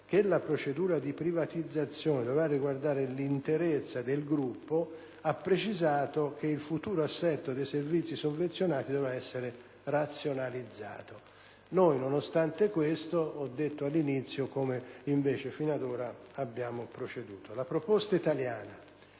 La proposta italiana